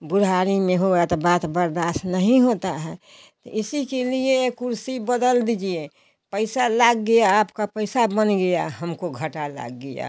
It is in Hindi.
बुड़हारी में हुआ तो बात बर्दाश्त नहीं होता है तो इसी के लिए कुर्सी बदल दीजिए पैसा लग गया आपका पैसा बन गया हमको घाटा लग गया